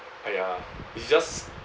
!aiya! it's just